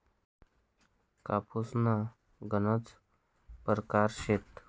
कापूसना गनज परकार शेतस